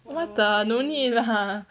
what the no need lah